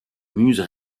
muses